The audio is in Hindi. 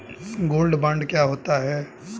गोल्ड बॉन्ड क्या होता है?